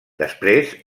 després